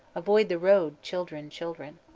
avoid the road, children, children.